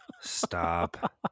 Stop